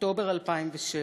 אוקטובר 2007,